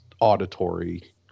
auditory